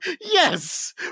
Yes